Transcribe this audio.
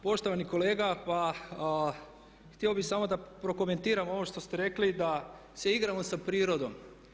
Poštovani kolega, pa htio bih samo da prokomentiram ovo što ste rekli da se igramo sa prirodom.